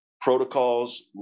protocols